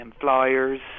flyers